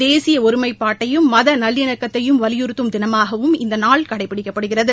தேசியஒருமைப்பாட்டையும் மதநல்லிணக்கத்தையும் வலியுறுத்தும் தினமாகவும் இந்தநாள் கடைபிடிக்கப்படுகிறது